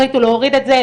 החליטו להוריד את זה,